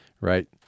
right